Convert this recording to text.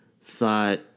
thought